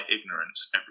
ignorance